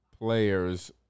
Players